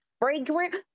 fragrant